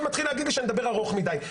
מתחיל להגיד לי שאני מדבר ארוך מידי.